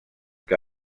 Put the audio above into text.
que